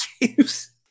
games